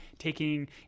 Taking